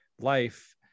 life